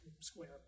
Square